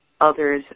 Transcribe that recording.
others